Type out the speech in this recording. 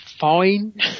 Fine